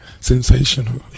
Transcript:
Sensational